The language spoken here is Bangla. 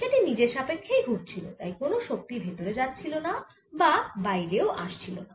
সেটি নিজের সাপেক্ষ্যেই ঘুরছিল তাই কোন শক্তি ভেতরে যাচ্ছিল না বা বাইরে আসছিল না